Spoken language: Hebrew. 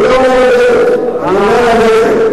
המים זו הבעיה, לא הלחם.